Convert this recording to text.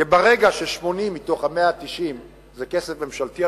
כי ברגע ש-80 מתוך ה-170 זה כסף ממשלתי,